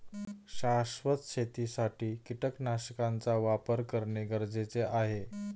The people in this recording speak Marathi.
शाश्वत शेतीसाठी कीटकनाशकांचा वापर करणे गरजेचे आहे